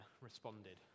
responded